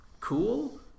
cool